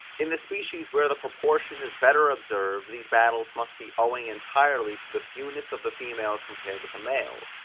in the species, where the proportion is better observed, these battles must be owing entirely to the fewness of the females compared with the males,